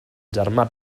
germà